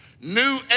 new